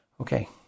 Okay